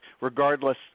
regardless